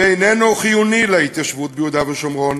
ואיננו חיוני להתיישבות ביהודה ושומרון,